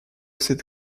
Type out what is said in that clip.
cette